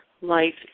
life